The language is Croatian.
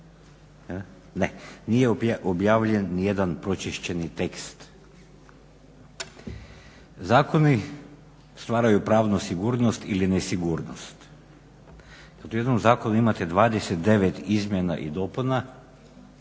nije objavljen nijedan pročišćeni tekst. Zakoni stvaraju pravnu sigurnost ili nesigurnost. Kad u jednom zakonu imate 29 izmjena i dopuna,